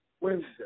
Wednesday